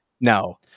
No